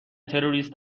تروریست